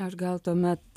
aš gal tuomet